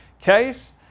case